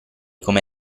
come